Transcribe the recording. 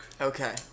Okay